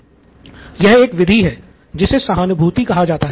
यह एक विधि है जिसे सहानुभूति कहा जाता है